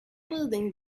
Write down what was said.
building